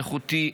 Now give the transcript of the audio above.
איכותי,